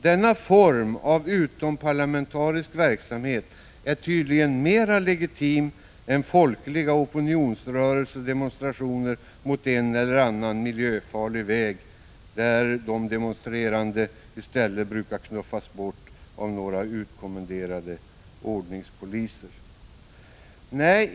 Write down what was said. Denna form av utomparlamentarisk verksamhet är tydligen mer legitim än folkliga opinionsrörelser — demonstrationer — mot en eller annan miljöfarlig väg! Där brukar de demonstrerande i stället knuffas bort av några utkommenderade ordningspoliser.